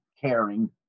caring